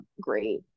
great